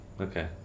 Okay